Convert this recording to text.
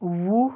وُہ